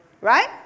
Right